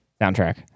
soundtrack